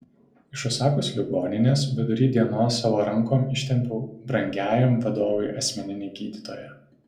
iš osakos ligoninės vidury dienos savo rankom ištempiau brangiajam vadovui asmeninį gydytoją